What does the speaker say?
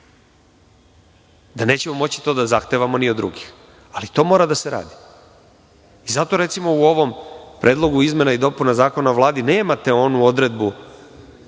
da nećemo moći to da zahtevamo ni od drugih, ali to mora da se radi. Zato, recimo, u ovom Predlogu izmena i dopuna Zakona o Vladi nemate onu odredbu